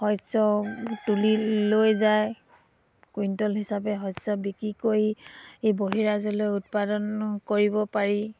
শস্য তুলি লৈ যায় কুইণ্টল হিচাপে শস্য বিক্ৰী কৰি এই বহিৰাজ্য়লৈ উৎপাদন কৰিব পাৰি